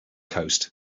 coast